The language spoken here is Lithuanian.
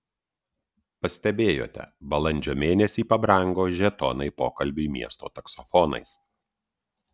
pastebėjote balandžio mėnesį pabrango žetonai pokalbiui miesto taksofonais